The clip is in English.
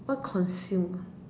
what consume